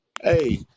Hey